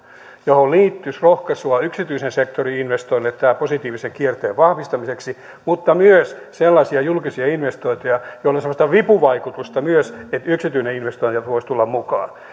johon liittyisi rohkaisua yksityisen sektorin investoinneille tämän positiivisen kierteen vahvistamiseksi mutta myös sellaisia julkisia investointeja joilla on semmoista vipuvaikutusta myös että yksityinen investoija voisi tulla mukaan